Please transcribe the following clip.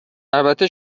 البته